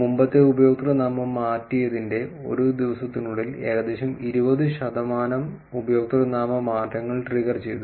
മുമ്പത്തെ ഉപയോക്തൃനാമം മാറ്റിയതിന്റെ ഒരു ദിവസത്തിനുള്ളിൽ ഏകദേശം 20 ശതമാനം ഉപയോക്തൃനാമ മാറ്റങ്ങൾ ട്രിഗർ ചെയ്തു